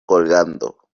colgando